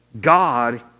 God